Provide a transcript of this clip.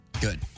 Good